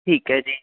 ਠੀਕ ਹੈ ਜੀ